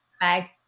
Bye